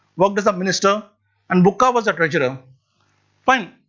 worked as a minister and bukka was a treasurer fine.